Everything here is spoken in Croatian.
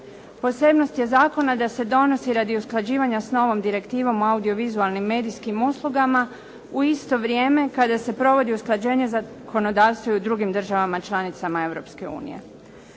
Posebnost je zakona da se donosi radi usklađivanja s novom Direktivom o audiovizualnim medijskim uslugama, u isto vrijeme kada se provodi usklađenje zakonodavstva i u drugim državama članicama